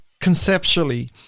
conceptually